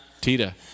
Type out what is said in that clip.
Tita